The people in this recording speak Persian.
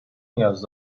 نیاز